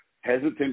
hesitant